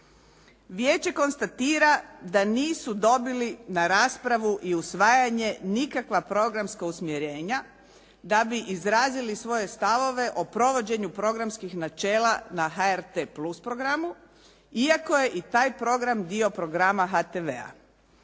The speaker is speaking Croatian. Vijeće konstatira da nisu dobili na raspravu i usvajanje nikakva programska usmjerenja da bi izrazili svoje stavove o provođenju programskih načela na HRTplus programa, iako je i taj program dio programa HTV-a.